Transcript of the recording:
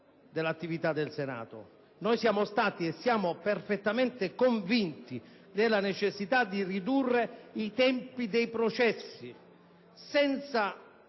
Noi siamo stati e siamo perfettamente convinti della necessità di ridurre i tempi dei processi senza